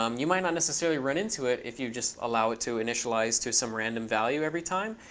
um you might not necessarily run into it if you just allow it to initialize to some random value every time.